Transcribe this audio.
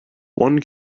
one